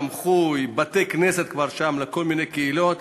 בית-תמחוי, בתי-כנסת כבר יש שם לכל מיני קהילות,